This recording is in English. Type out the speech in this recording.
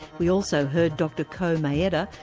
we also heard dr ko maeda,